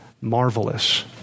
Marvelous